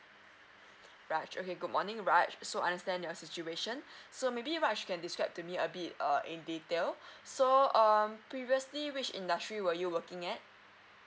raj okay good morning raj so I understand your situation so maybe raj can describe to me a bit err in detail so um previously which industry were you working at